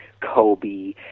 Kobe